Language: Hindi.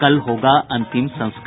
कल होगा अंतिम संस्कार